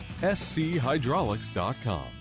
schydraulics.com